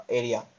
area